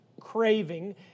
craving